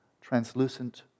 translucent